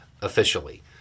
officially